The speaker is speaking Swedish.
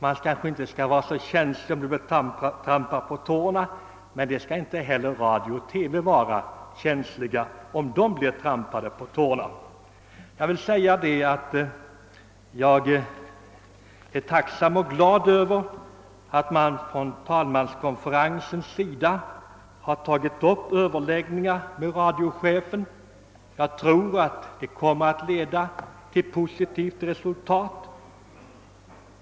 Man kanske inte skall vara så känslig för att bli trampad på tårna, men det skall inte heller radions och TV:s personal vara. Jag är glad och tacksam för att talmanskonferensen tagit upp Ööverläggningar med radiochefen. Jag tror att de kommer att leda till ett positivt resultat.